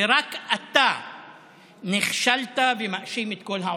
ורק אתה נכשלת ומאשים את כל העולם.